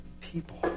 people